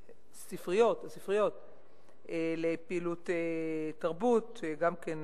תקציב ספריות לפעילות תרבות, גם כן